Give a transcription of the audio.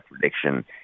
prediction